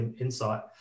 insight